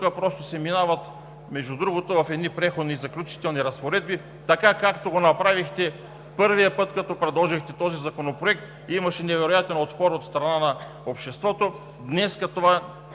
просто минават между другото в едни Преходни и заключителни разпоредби. Така го направихте първия път, когато предложихте този законопроект и имаше невероятен отпор от страна на обществото.